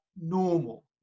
normal